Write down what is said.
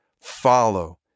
follow